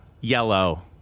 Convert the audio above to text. yellow